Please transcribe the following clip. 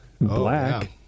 black